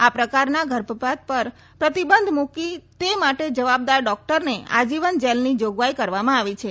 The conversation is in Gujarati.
આ પ્રકારના ગર્ભપાત પર પ્રતિબંધ મૂકી તે માટે જવાબદાર ડોક્ટરને આજીવન જેલની જોગવાઈ કરવામાં આવી છે